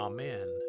Amen